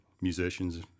musicians